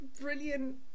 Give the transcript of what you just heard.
brilliant